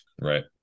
right